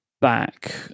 back